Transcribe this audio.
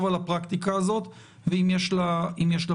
על הפרקטיקה הזאת והאם יש לה פתרונות.